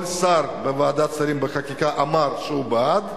כל שר בוועדת שרים לחקיקה אמר שהוא בעד.